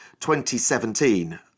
2017